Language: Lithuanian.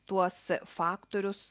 tuos faktorius